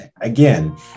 Again